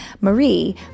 Marie